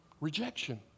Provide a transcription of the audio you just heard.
Rejection